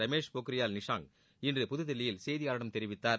ரமேஷ் போக்ரியால் நிஷாங்க் இன்று புதுதில்லியில் செய்தியாளர்களிடம் தெரிவித்தார்